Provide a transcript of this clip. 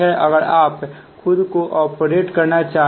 अगर आप खुद से ऑपरेट करना चाहे तो